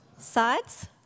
sides